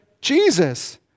Jesus